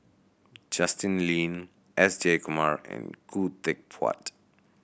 Justin Lean S Jayakumar and Khoo Teck Puat